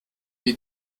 wie